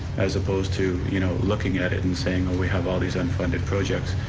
as opposed to you know looking at it and saying, well, we have all these unfunded projects.